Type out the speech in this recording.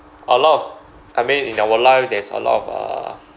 a lot of I mean in our life there's a lot of uh